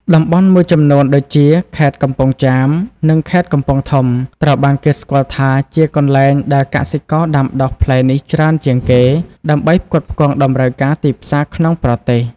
តំបន់មួយចំនួនដូចជា ខេត្តកំពង់ចាម និង ខេត្តកំពង់ធំ ត្រូវបានគេស្គាល់ថាជាកន្លែងដែលកសិករដាំដុះផ្លែនេះច្រើនជាងគេ ដើម្បីផ្គត់ផ្គង់តម្រូវការទីផ្សារក្នុងប្រទេស។